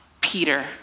Peter